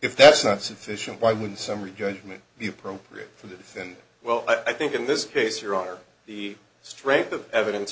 if that's not sufficient why would the summary judgment the appropriate for that and well i think in this case your honor the strength of evidence